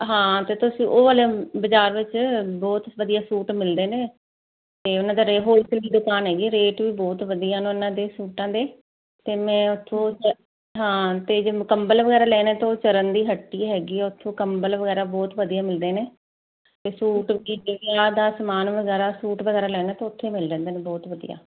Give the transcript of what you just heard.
ਹਾਂ ਤੇਅ ਤੁਸੀਂ ਉਹ ਵਾਲੇ ਬਾਜ਼ਾਰ ਵਿੱਚ ਬਹੁਤ ਵਧੀਆ ਸੂਟ ਮਿਲਦੇ ਨੇ ਅਤੇ ਉਹਨਾਂ ਦਾ ਰੇ ਹੋਲਸੇਲ ਦੁਕਾਨ ਹੈਗੀ ਰੇਟ ਵੀ ਬਹੁਤ ਵਧੀਆ ਉਹਨਾਂ ਦੇ ਸੂਟਾਂ ਦੇ ਅਤੇ ਮੈਂ ਉਥੋਂ ਹਾਂ ਅਤੇ ਜੇ ਕੰਬਲ ਵਗੈਰਾ ਲੈਣਾ ਤਾਂ ਉਹ ਚਰਨ ਦੀ ਹੱਟੀ ਹੈਗੀ ਉਥੋਂ ਕੰਬਲ ਵਗੈਰਾ ਬਹੁਤ ਵਧੀਆ ਮਿਲਦੇ ਨੇ ਅਤੇ ਸੂਟ ਕਿਉਂਕਿ ਵਰੀਆਂ ਦਾ ਸਮਾਨ ਵਗੈਰਾ ਸੂਟ ਵਗੈਰਾ ਲੈਣਾ ਤਾਂ ਉੱਥੇ ਮਿਲ ਜਾਂਦੇ ਨੇ ਬਹੁਤ ਵਧੀਆ